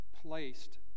placed